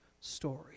story